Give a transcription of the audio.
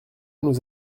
nous